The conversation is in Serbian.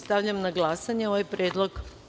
Stavljam na glasanje ovaj predlog.